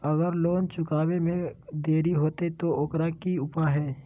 अगर लोन चुकावे में देरी होते तो ओकर की उपाय है?